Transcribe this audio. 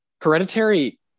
Hereditary